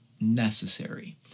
necessary